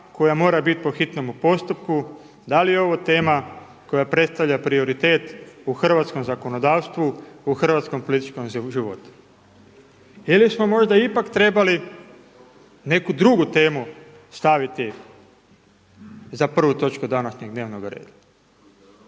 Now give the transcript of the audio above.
koja mora biti po hitnomu postupku, da li je ovo tema koja predstavlja prioritet u hrvatskom zakonodavstvu u hrvatskom političkom životu ili smo možda ipak trebali neku drugu temu staviti za prvu točku današnjeg dnevnog reda?